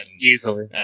Easily